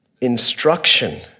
instruction